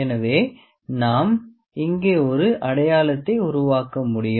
எனவே நாம் இங்கே ஒரு அடையாளத்தை உருவாக்க முடியும்